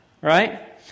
right